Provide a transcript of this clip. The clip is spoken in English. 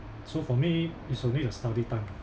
so for me it's only the study time